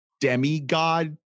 demigod